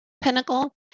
pinnacle